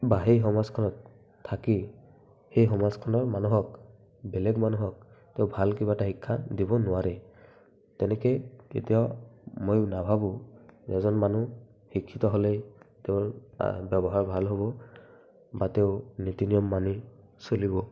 বা সেই সমাজখনত থাকি সেই সমাজখনৰ মানুহক বেলেগ মানুহক তেওঁ ভাল কিবা এটা শিক্ষা দিব নোৱাৰে তেনেকৈ কেতিয়াও মই নাভাবোঁ এজন মানুহ শিক্ষিত হ'লেই তেওঁৰ ব্যৱহাৰ ভাল হ'ব বা তেওঁ নীতি নিয়ম মানি চলিব